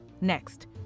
Next